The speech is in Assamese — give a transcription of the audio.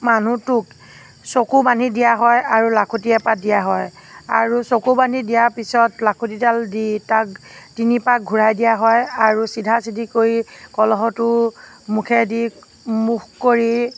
মানুহটোক চকু বান্ধি দিয়া হয় আৰু লাখুটি এপাত দিয়া হয় আৰু চকু বান্ধি দিয়াৰ পিছত লাখুটিডাল দি তাক তিনি পাক ঘূৰাই দিয়া হয় আৰু চিধা চিধি কৰি কলহটো মুখেদি মুখ কৰি